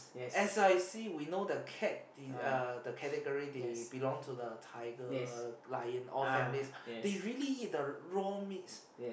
as I see we know the cat the uh the category they belong to the tiger lion all families they really eat the raw meats